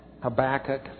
Habakkuk